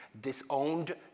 disowned